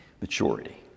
Maturity